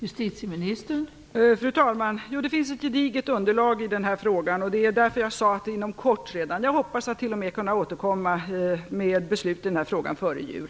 Fru talman! Ja, det finns ett gediget underlag i den här frågan. Det var därför jag sade "redan inom kort". Jag hoppas t.o.m. att kunna återkomma med beslut i denna fråga före jul.